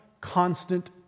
constant